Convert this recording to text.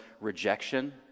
rejection